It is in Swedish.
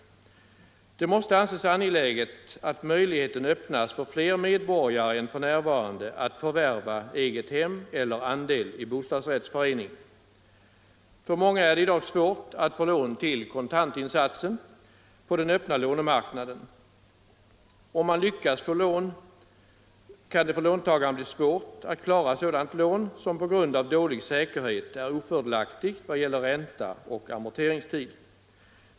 Det måste anses angeläget att möjlighet öppnas för fler medborgare än för närvarande att förvärva eget hem eller andel i bostadsrättsförening. För många är det i dag svårt att få lån till kontantinsatsen på den öppna lånemarknaden. Om man lyckas få lån kan det för låntagarna bli svårt att klara sådana lån som på grund av dålig säkerhet är ofördelaktiga i vad gäller ränta och amorteringstid.